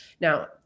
Now